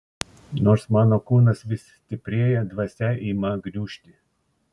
nors mano kūnas vis stiprėja dvasia ima gniužti